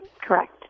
correct